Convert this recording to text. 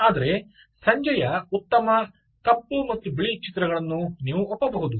ಆದರೆ ಸಂಜೆಯ ಉತ್ತಮ ಕಪ್ಪು ಮತ್ತು ಬಿಳಿ ಚಿತ್ರಗಳನ್ನು ನೀವು ಒಪ್ಪಬಹುದು